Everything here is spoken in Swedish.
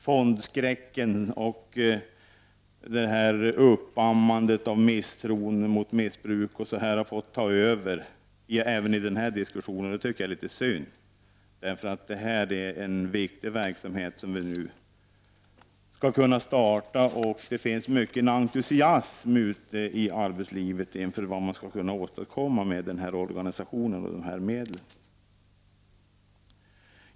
Fondskräcken och uppammandet av misstro när det gäller missbruk har fått ta över även i denna diskussion. Det tycker jag är litet synd, för det är en viktig verksamhet som nu skall kunna startas. Det finns mycken entusiasm ute i arbetslivet inför vad man kan åstadkomma genom denna organisation och dessa medel.